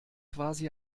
quasi